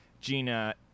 Gina